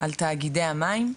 על תאגידי המים,